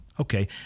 okay